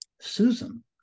susan